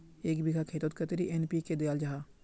एक बिगहा खेतोत कतेरी एन.पी.के दियाल जहा?